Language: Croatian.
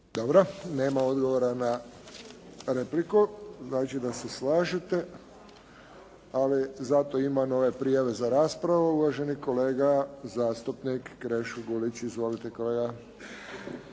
Dobro. Nema odgovora na repliku. Znači da se slažete. Ali zato ima nove prijave za raspravu. Uvaženi kolega zastupnik Krešo Gulić. Izvolite kolega.